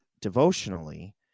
devotionally